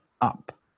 up